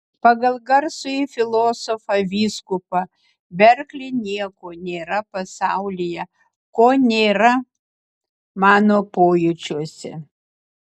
pagal garsųjį filosofą vyskupą berklį nieko nėra pasaulyje ko nėra mano pojūčiuose